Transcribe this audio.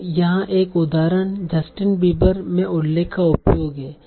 तो यहाँ एक उदाहरण justinbieber में उल्लेख का उपयोग है